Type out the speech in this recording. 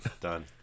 Done